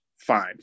fine